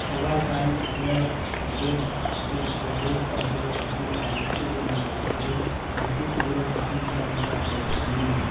Ovaltine malt base chocolate beverages powder ꯑꯁꯤ ꯍꯧꯖꯤꯛꯀꯤ ꯑꯣꯏꯅ ꯂꯩꯇ꯭ꯔꯦ ꯃꯁꯤ ꯆꯌꯣꯜ ꯑꯁꯤ ꯐꯥꯎꯕꯗ ꯂꯩꯔꯒꯅꯤ